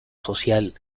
social